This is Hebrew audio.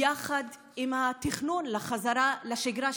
יחד עם התכנון לחזרה לשגרה,